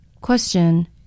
Question